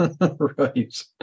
Right